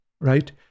right